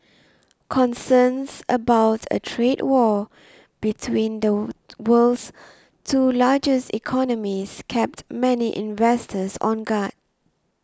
concerns about a trade war between the world's two largest economies kept many investors on guard